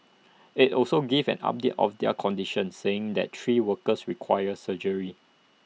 IT also gave an update of their condition saying that three workers required surgery